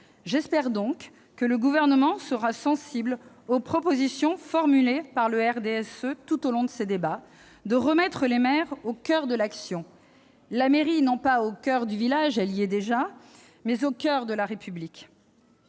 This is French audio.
J'espère donc que le Gouvernement sera sensible aux propositions formulées par le RDSE tout au long des débats pour remettre les maires au coeur de l'action, et la mairie, non pas au coeur du village-elle y est déjà-, mais au coeur de la République.